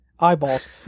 eyeballs